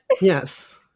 Yes